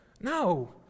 No